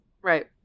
Right